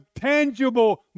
tangible